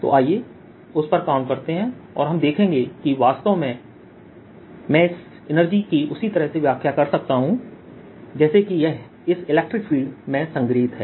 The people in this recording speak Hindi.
तो आइए उस पर काम करते हैं और हम देखेंगे कि वास्तव में मैं इस एनर्जी की उसी तरह से व्याख्या कर सकता हूं जैसे कि यह इस इलेक्ट्रिक फील्ड में संग्रहीत है